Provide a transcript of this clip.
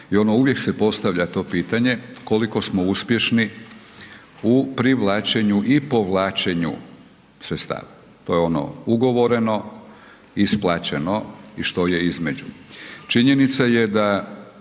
i ono uvijek se postavlja to pitanje koliko smo uspješni u privlačenju i povlačenju sredstava, to je ono ugovoreno i isplaćeno i što je između. Činjenica je da